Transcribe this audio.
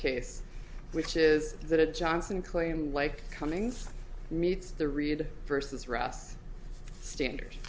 case which is that it johnson claimed like cummings meets the reed versus ross standard